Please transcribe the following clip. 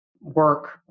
work